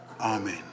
Amen